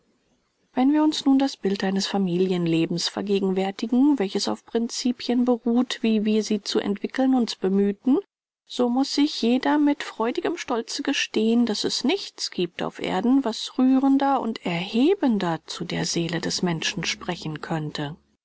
wenn wir uns nun das bild eines familienlebens vergegenwärtigen welches auf principien beruht wie wir sie zu entwickeln uns bemühten so muß sich jeder mit freudigem stolze gestehen daß es nichts gibt auf erden was rührender und erhebender zu der seele des menschen sprechen könnte